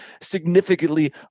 significantly